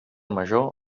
major